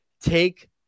Take